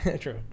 True